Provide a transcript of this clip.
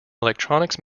electronics